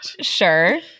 Sure